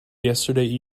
yesterday